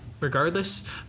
regardless